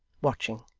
watching.